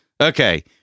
Okay